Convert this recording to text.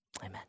Amen